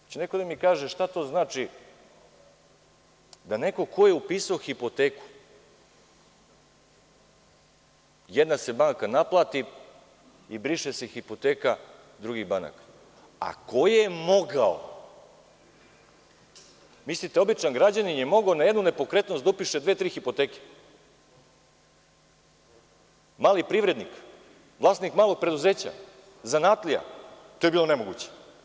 Hoće li neko da mi kaže šta to znači da neko ko je upisao hipoteku, jedna se banka naplati i briše se hipoteka drugih banaka, a ko je mogao, mislite običan građanin je mogao na jednu nepokretnost da upiše dve-tri hipoteke, mali privrednik, vlasnik malog preduzeća, zanatlije, to je bilo nemoguće.